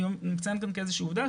אני אציין גם כן איזו שהיא עובדה,